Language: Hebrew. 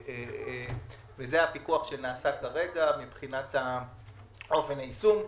זה הפיקוח שנעשה כרגע מבחינת אופן היישום.